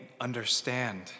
understand